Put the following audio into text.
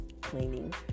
cleaning